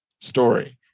story